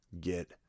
get